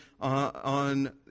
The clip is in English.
on